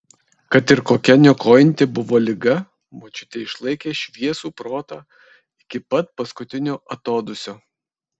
kad ir kokia niokojanti buvo liga močiutė išlaikė šviesų protą iki pat paskutinio atodūsio